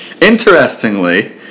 Interestingly